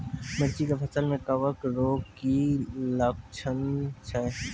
मिर्ची के फसल मे कवक रोग के की लक्छण छै?